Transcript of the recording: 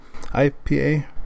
IPA